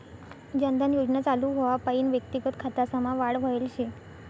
जन धन योजना चालू व्हवापईन व्यक्तिगत खातासमा वाढ व्हयल शे